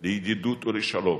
לידידות ולשלום,